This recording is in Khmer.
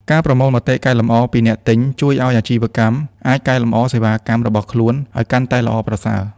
ការប្រមូលមតិកែលម្អ ពីអ្នកទិញ ជួយឱ្យអាជីវកម្មអាចកែលម្អសេវាកម្មរបស់ខ្លួនឱ្យកាន់តែល្អប្រសើរ។